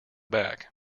back